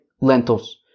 lentils